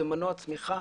הוא מנוע צמיחה.